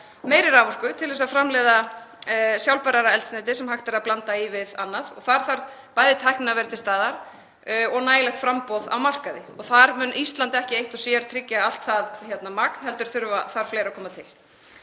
meiri raforku til að framleiða sjálfbærara eldsneyti sem hægt er að blanda við annað. Bæði þarf tæknin að vera til staðar og nægilegt framboð á markaði og þar mun Ísland ekki eitt og sér tryggja allt það magn heldur þarf fleira að koma til.